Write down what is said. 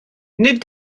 nid